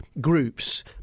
groups